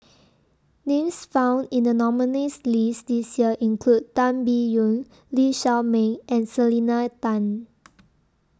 Names found in The nominees' list This Year include Tan Biyun Lee Shao Meng and Selena Tan